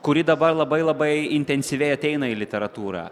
kuri dabar labai labai intensyviai ateina į literatūrą